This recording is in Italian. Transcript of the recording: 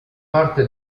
parte